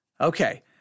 Okay